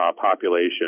population